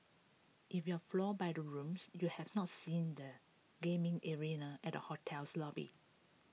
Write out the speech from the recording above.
if you're floored by the rooms you have not seen the gaming arena at hotel's lobby